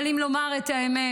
אבל אם לומר את האמת,